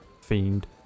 fiend